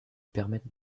permettent